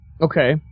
Okay